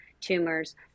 tumors